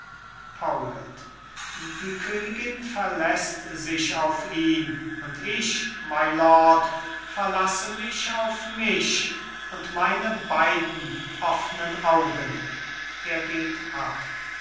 die königin verläßt sich auf ihn und ich mylord verlasse mich auf mich und meine beiden offnen augen er geht ab